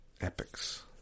epics